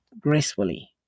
gracefully